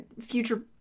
future